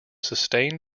sustain